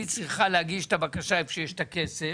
צריכה להגיש את הבקשה היכן שיש את הכסף